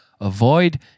Avoid